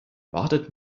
wartet